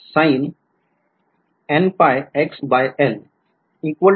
विध्यार्थी